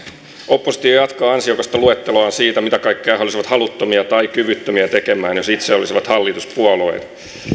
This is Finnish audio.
oppositio jatkaa ansiokasta luetteloaan siitä mitä kaikkea he he olisivat haluttomia tai kyvyttömiä tekemään jos itse olisivat hallituspuolueita